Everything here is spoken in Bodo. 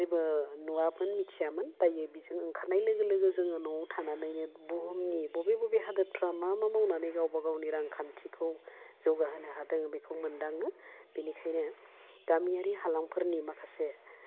जेबो नुवाबो मिथियामोन दायो बिजों ओंखारनाय लोगो लोगो जोङो न'वाव थानानैनो बुहुमनि बबे बबे हादोदफ्रा मा मा मावनानै गावबा गावनि रांखान्थिखौ जौगाहोनो हादों बेखौ मोनदाङो बेनिखायनो गामियारि हालामफोरनि माखासे